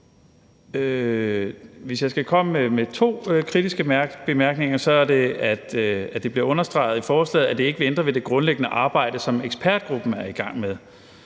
Hvis jeg skal komme med to kritiske bemærkninger, er det, at det bliver understreget i forslaget, at det ikke vil ændre på det grundlæggende arbejde, som ekspertgruppen er i gang med.